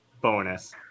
bonus